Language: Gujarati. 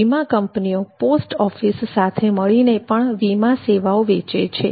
વીમા કંપનીઓ પોસ્ટ ઓફિસ સાથે મળીને પણ વીમા સેવાઓ વેચે છે